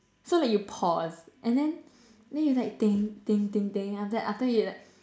so then you pause and then then you like think think think think then after that after that you like